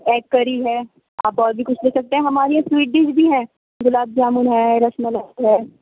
egg curry ہے آپ اور بھی کچھ لے سکتے ہیں ہمارے یہاں سوئٹ ڈِش بھی ہیں گلاب جامُن ہے رَس ملائی ہے